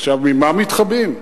ממה מתחבאים?